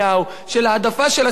של ההעדפה של הסקטורים,